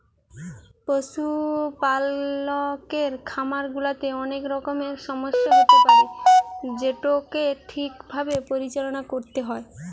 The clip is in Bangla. পশুপালকের খামার গুলাতে অনেক রকমের সমস্যা হতে পারে যেটোকে ঠিক ভাবে পরিচালনা করতে হয়